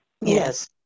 Yes